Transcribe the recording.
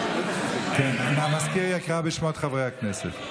(קורא בשם חבר הכנסת)